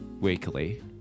weekly